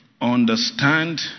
understand